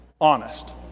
Honest